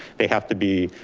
they have to be